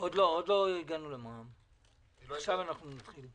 עוד לא הגענו למע"מ, עכשיו אנחנו נתחיל.